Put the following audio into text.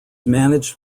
managed